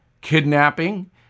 kidnapping